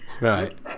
Right